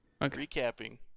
recapping